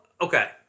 Okay